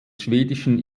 schwedischen